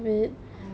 orh